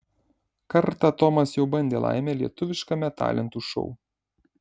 kartą tomas jau bandė laimę lietuviškame talentų šou